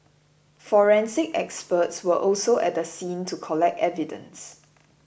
forensic experts were also at the scene to collect evidence